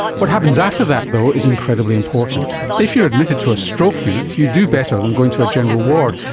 what happens after that though is incredibly important. if you are admitted to a stroke unit, you do better than going to a general ward,